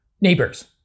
neighbors